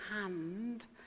hand